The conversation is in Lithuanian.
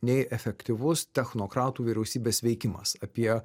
nei efektyvus technokratų vyriausybės veikimas apie